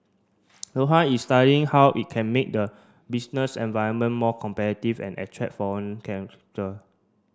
Doha is studying how it can make the business environment more competitive and attract foreign